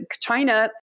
China